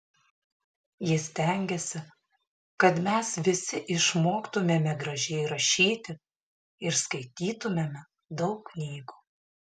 ji stengėsi kad mes visi išmoktumėme gražiai rašyti ir skaitytumėme daug knygų